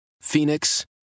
Phoenix